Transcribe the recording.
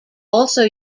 also